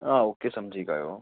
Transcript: હા ઓકે સમજી ગયો